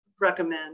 recommend